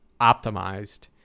optimized